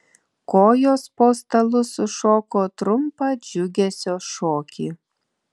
kojos po stalu sušoko trumpą džiugesio šokį